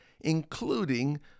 including